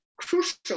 crucial